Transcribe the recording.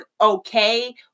okay